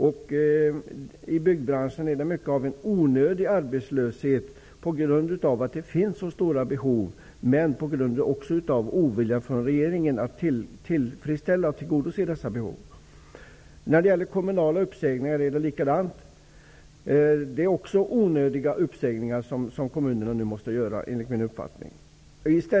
En stor del av arbetslösheten inom byggbranschen är onödig, eftersom det finns så stora behov, men regeringen är ovillig när det gäller att tillgodose dessa behov. När det gäller kommunala uppsägningar är det likadant. Också de uppsägningar som kommunerna nu måste göra är enligt min uppfattning onödiga.